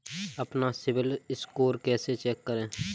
अपना CIBIL score कैसे check करें?